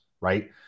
right